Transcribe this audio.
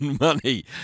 money